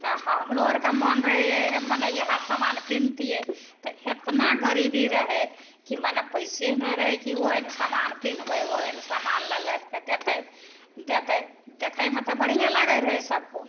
तऽ हमरो आओरके मोन रहै ए ए मने इएह समान पिन्हतिए तऽ एतना गरीबी रहै कि मने पइसे नहि रहै कि ओहन समान पिन्हबै ओहन समान लाबि लाबिके देतै देतै देखैमे तऽ बढ़िएँ लागै रहै सबकिछु